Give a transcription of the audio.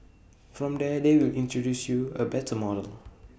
from there they will introduce you A 'better' model